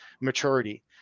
maturity